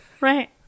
Right